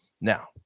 Now